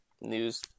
news